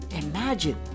Imagine